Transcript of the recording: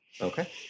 okay